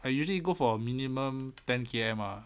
I usually go for a minimum ten K_M ah